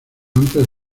antes